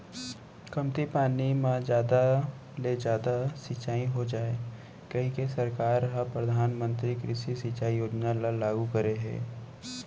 कमती पानी म जादा ले जादा सिंचई हो जाए कहिके सरकार ह परधानमंतरी कृषि सिंचई योजना ल लागू करे हे